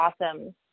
awesome